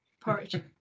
Porridge